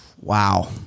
Wow